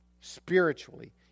spiritually